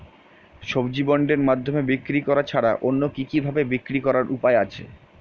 সবজি বন্ডের মাধ্যমে বিক্রি করা ছাড়া অন্য কি কি ভাবে বিক্রি করার উপায় আছে?